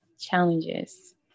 challenges